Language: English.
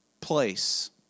place